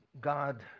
God